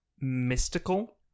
mystical